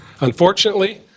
Unfortunately